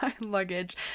luggage